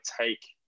take